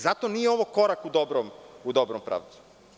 Zato ovo nije korak u dobrom pravcu.